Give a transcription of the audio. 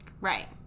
Right